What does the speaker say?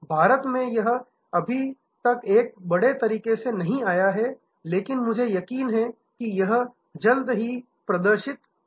भारत मे यह अभी तक एक बड़े तरीके से नहीं आया है लेकिन मुझे यकीन है कि यह जल्द ही प्रदर्शित होगा